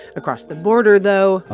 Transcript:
across the border, though.